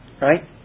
right